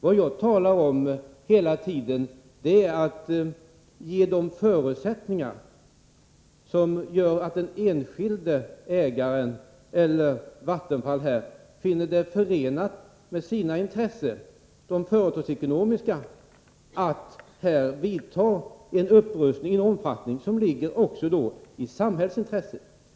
Vad jag hela tiden talar om är att man skall ge de förutsättningar som gör att den enskilde ägaren, Vattenfall, finner det förenligt med sina intressen — de företagsekonomiska — att här vidta en upprustning i en omfattning som också ligger i samhällsintresset.